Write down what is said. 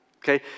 Okay